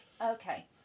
okay